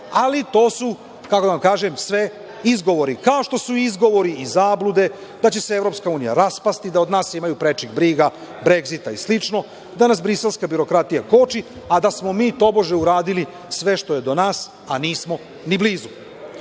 ali to su, kako da vam kažem, sve izgovori, kao što su izgovori i zablude, da će se EU raspasti, da od nas imaju prečih briga, Bregzita i slično, da nas briselska birokratija koči, a da smo mi tobože uradili sve što je do nas, a nismo ni blizu. Kada